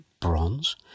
bronze